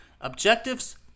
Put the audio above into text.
Objectives